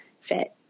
fit